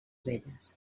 velles